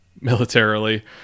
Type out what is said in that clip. militarily